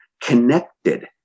connected